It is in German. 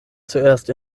zuerst